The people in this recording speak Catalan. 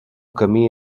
camí